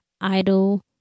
idle